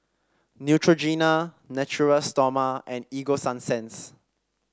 Neutrogena Natura Stoma and Ego Sunsense